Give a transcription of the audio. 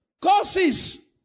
causes